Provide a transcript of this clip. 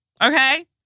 Okay